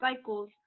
cycles